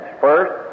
First